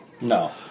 No